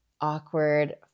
awkward